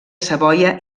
savoia